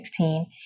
2016